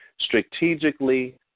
strategically